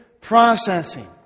processing